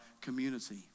community